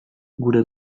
gure